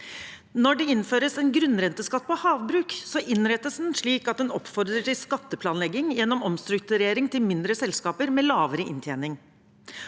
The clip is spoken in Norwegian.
Når det innføres en grunnrenteskatt på havbruk, innrettes den slik at den oppfordrer til skatteplanlegging gjennom omstrukturering til mindre selskaper med lavere inntjening.